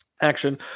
action